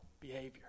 behavior